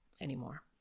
anymore